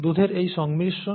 দুধের এই সংমিশ্রণ